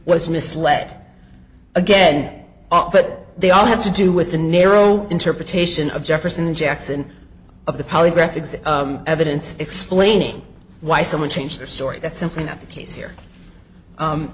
was misled again but they all have to do with the narrow interpretation of jefferson jackson of the polygraph exam evidence explaining why someone changed their story that's simply not the case here